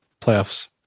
Playoffs